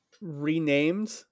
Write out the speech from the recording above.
renamed